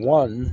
one